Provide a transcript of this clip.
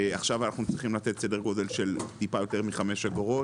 ועכשיו אנחנו צריכים לתת סדר גודל של טיפה יותר מחמש אגורות.